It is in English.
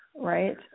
right